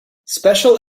special